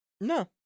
No